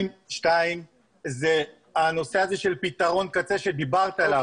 דבר שני זה נושא פתרון הקצה שדיברת עליו.